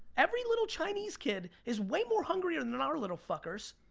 every little chinese kid is way more hungrier than than our little fuckers.